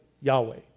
Yahweh